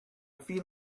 feel